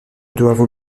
doivent